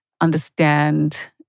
understand